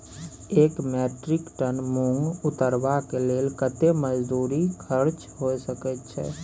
एक metric ton मूंग उतरबा के लेल कतेक मजदूरी खर्च होय सकेत छै?